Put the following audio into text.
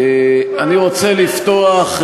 אני רוצה לפתוח,